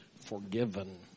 forgiven